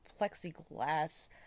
plexiglass